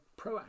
proactive